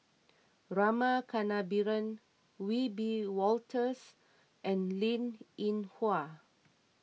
Rama Kannabiran Wiebe Wolters and Linn in Hua